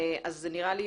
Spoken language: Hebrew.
אז זה נראה לי,